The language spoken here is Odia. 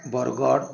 ବରଗଡ଼